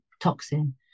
toxin